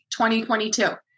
2022